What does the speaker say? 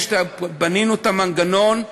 בנינו את המנגנון.